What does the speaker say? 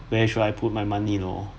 where should my money lor